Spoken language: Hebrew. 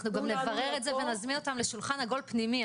גם נברר את זה ונזמין אותם לשולחן עגול פנימי.